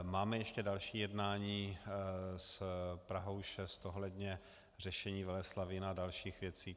Máme ještě další jednání s Prahou 6 ohledně řešení Veleslavína a dalších věcí.